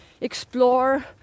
explore